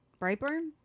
Brightburn